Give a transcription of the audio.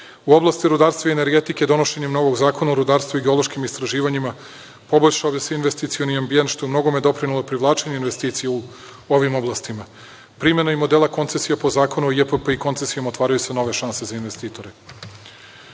oblasti rudarstva i energetike donošenjem novog zakona o rudarstvu i geološkim istraživanjima poboljšao bi se investicioni ambijent, što bi u mnogome doprinelo privlačenju investicija u ovim oblastima. Primena i modela koncesija po Zakonu o JPP i koncesijama otvaraju se nove šanse za investitore.